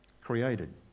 created